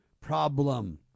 Problem